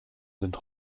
sind